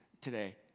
today